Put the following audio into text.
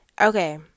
Okay